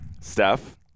Steph